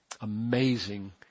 amazing